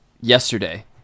yesterday